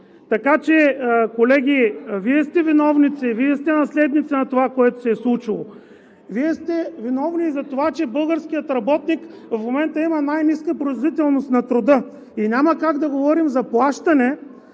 Така че, колеги, Вие сте виновници, Вие сте наследници на онова, което се е случило. Вие сте виновни и за това, че българският работник в момента има най-ниска производителност на труда! Няма как да говорим за плащане